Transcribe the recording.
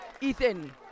Ethan